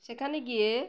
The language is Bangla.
সেখানে গিয়ে